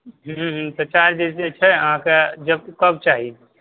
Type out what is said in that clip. हूँ हूँ तऽ चार्ज जे छै अहाँके जब कब चाही